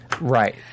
Right